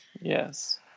Yes